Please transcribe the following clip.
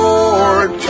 Lord